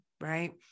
right